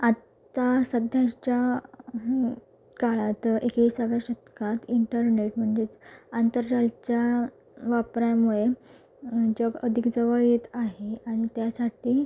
आत्ता सध्याच्या काळात विसाव्या शतकात इंटरनेट म्हणजेच आंतरजालाच्या वापरामुळे जग अधिक जवळ येत आहे आणि त्यासाठी